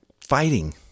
fighting